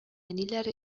әниләре